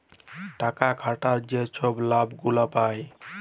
টাকা খাটায় যে ছব লাভ গুলা পায়